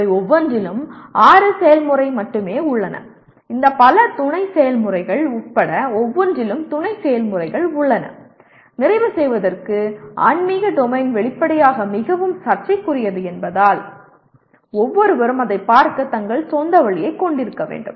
அவை ஒவ்வொன்றிலும் ஆறு செயல்முறை மட்டுமே உள்ளன இந்த பல துணை செயல்முறைகள் உட்பட ஒவ்வொன்றிலும் துணை செயல்முறைகள் உள்ளன நிறைவு செய்வதற்கு ஆன்மீக டொமைன் வெளிப்படையாக மிகவும் சர்ச்சைக்குரியது என்பதால் ஒவ்வொருவரும் அதைப் பார்க்க தங்கள் சொந்த வழியைக் கொண்டிருக்க வேண்டும்